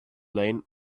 lane